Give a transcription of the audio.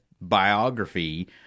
biography